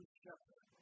shepherd